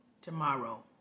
tomorrow